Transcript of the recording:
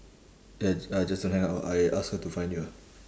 that's uh just don't hang up ah I ask her to find you ah